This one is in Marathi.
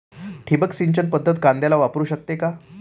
ठिबक सिंचन पद्धत कांद्याला वापरू शकते का?